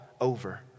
over